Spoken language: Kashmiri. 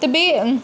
تہٕ بیٚیہِ